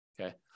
Okay